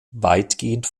weitgehend